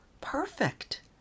perfect